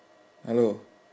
hello